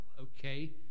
Okay